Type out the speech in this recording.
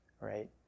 right